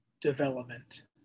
development